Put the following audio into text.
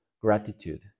gratitude